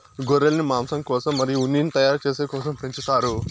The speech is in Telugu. గొర్రెలను మాంసం కోసం మరియు ఉన్నిని తయారు చేసే కోసం పెంచుతారు